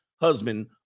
husband